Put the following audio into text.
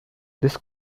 this